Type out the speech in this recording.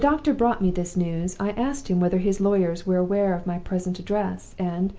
when the doctor brought me this news, i asked him whether his lawyers were aware of my present address and,